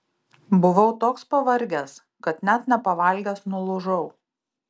buvau toks pavargęs kad net nepavalgęs nulūžau